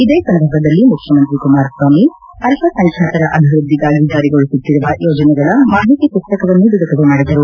ಇದೇ ಸಂದರ್ಭದಲ್ಲಿ ಮುಖ್ಯಮಂತ್ರಿ ಕುಮಾರಸ್ವಾಮಿ ಅಲ್ಲಸಂಖ್ಯಾತರ ಅಭಿವೃದ್ಧಿಗಾಗಿ ಜಾರಿಗೊಳಿಸುತ್ತಿರುವ ಯೋಜನೆಗಳ ಮಾಹಿತಿ ಮಸ್ತಕವನ್ನು ಬಿಡುಗಡೆ ಮಾಡಿದರು